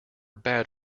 bad